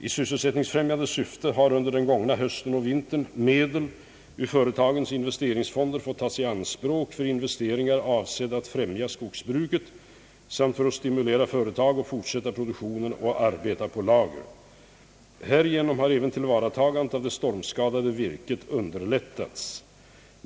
I sysselsättningsfrämjande syfte har under den gångna hösten och vintern medel ur företagens investeringsfonder fått tas i anspråk för investeringar avsedda att främja skogsbruket samt för att stimulera företag att fortsätta produktionen och arbeta på lager. Härigenom har även tillvaratagandet av det stormskadade virket underlättats.